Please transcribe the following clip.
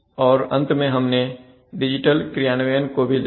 और अंत में हमने डिजिटल क्रियान्वयन को भी देखा